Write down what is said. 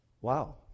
Wow